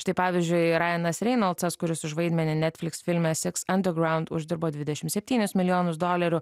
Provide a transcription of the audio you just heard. štai pavyzdžiui rajanas reinoldsas kuris už vaidmenį netflix filme six underground uždirbo dvidešim septynis milijonus dolerių